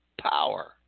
power